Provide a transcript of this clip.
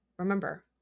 Remember